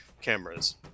cameras